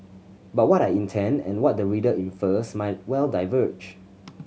but what I intend and what the reader infers might well diverge